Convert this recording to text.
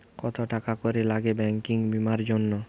কত টাকা করে লাগে ব্যাঙ্কিং বিমার জন্য?